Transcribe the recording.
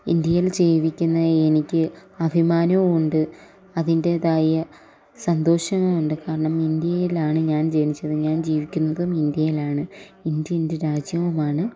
ഇന്ത്യയിൽ ജീവിക്കുന്ന എനിക്ക് അഭിമാനവും ഉണ്ട് അതിന്റെതായ സന്തോഷവും ഉണ്ട് കാരണം ഇന്ത്യയിലാണ് ഞാൻ ജനിച്ചത് ഞാൻ ജീവിക്കുന്നതും ഇന്ത്യയിലാണ് ഇന്ത്യ എൻ്റെ രാജ്യവുമാണ്